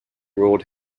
ruled